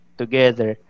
together